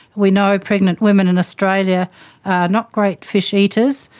we know pregnant women in australia are not great fish eaters,